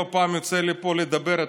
לא פעם יוצא לי לדבר פה,